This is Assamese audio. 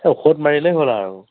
ঔষধ মাৰিলে হ'ল আৰু